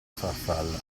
farfalla